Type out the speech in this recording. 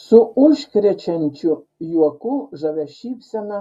su užkrečiančiu juoku žavia šypsena